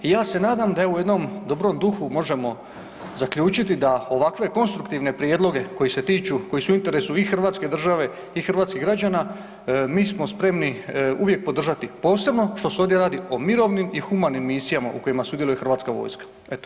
I ja se nadam da u jednom dobrom duhu možemo zaključiti da ovakve konstruktivne prijedloge koje se tiču, koje su u interesu i Hrvatske države i hrvatskih građana mi smo spremni uvijek podržati, posebno što se ovdje radi o mirovnim i humanim misijama u kojima sudjeluje hrvatska vojska.